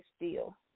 deal